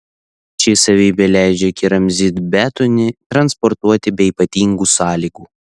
ši savybė leidžia keramzitbetonį transportuoti be ypatingų sąlygų